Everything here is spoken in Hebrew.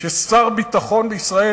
ששר ביטחון בישראל,